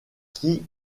qui